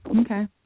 Okay